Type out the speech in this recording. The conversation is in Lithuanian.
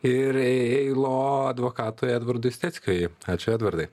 ir ė eilo advokatui edvardui steckiui ačiū edvardai